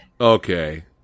Okay